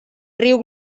riu